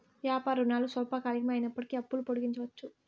వ్యాపార రుణాలు స్వల్పకాలికమే అయినప్పటికీ అప్పులు పొడిగించవచ్చు